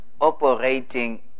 operating